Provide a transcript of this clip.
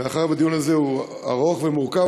מאחר שהדיון הזה הוא ארוך ומורכב,